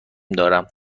دارم